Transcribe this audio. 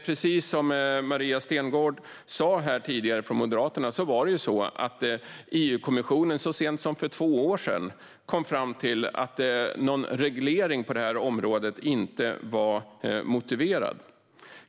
Precis som Maria Malmer Stenergard från Moderaterna sa här tidigare kom EU-kommissionen så sent som för två år sedan fram till att någon reglering på området inte var motiverad.